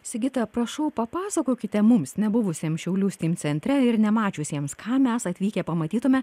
sigita prašau papasakokite mums nebuvusiems šiaulių steam centre ir nemačiusiems ką mes atvykę pamatytume